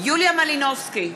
יוליה מלינובסקי,